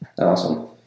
Awesome